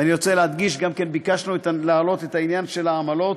ואני רוצה להדגיש: ביקשנו גם להעלות את העניין של העמלות